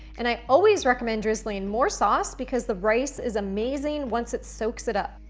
and i always recommend drizzling more sauce because the rice is amazing once it soaks it up.